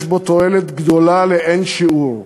יש בו תועלת גדולה לאין שיעור.